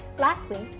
lastly,